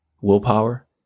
willpower